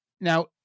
Now